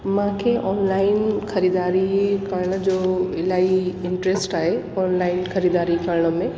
मूंखे ऑनलाइन ख़रीदारी करण जो इलाही इंट्रस्ट आहे ऑनलाइन ख़रीदारी करण में